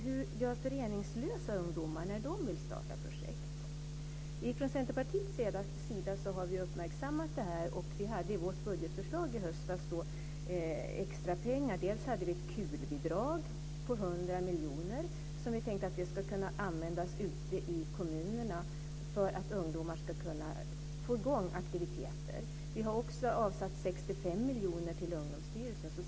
Hur gör föreningslösa ungdomar när de vill starta projekt? Från Centerpartiets sida har vi uppmärksammat det här, och vi hade i vårt budgetförslag i höstas extra pengar. Vi hade bl.a. ett KUL-bidrag på 100 miljoner som vi tänkte skulle kunna användas ute i kommunerna för att ungdomar ska kunna få i gång aktiviteter. Vi har också avsatt 65 miljoner till Ungdomsstyrelsen.